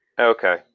Okay